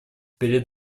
перед